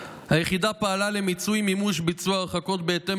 היחידה פעלה למימוש ביצוע ההרחקות בהתאם